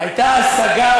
הייתה השגה,